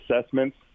assessments